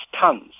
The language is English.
tons